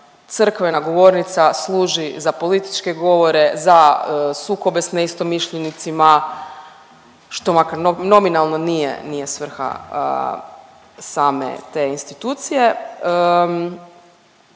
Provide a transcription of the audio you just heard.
crkvena govornica služi za političke govore, za sukobe sa neistomišljenicima što makar nominalno nije svrha same te institucije.